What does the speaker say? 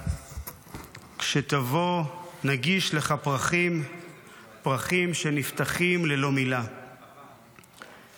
כשתבוא נגיש לך פרחים / פרחים שנפתחים ללא מילה //